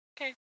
Okay